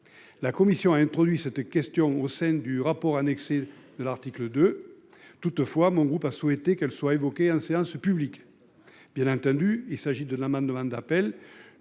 La commission a introduit cette question au sein du rapport annexé de l'article de toutefois mon groupe a souhaité qu'elle soit évoqué en séance publique. Bien entendu il s'agit de l'amendement d'appel